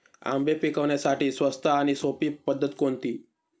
आंबे पिकवण्यासाठी स्वस्त आणि सोपी पद्धत कोणती?